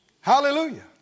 Hallelujah